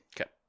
Okay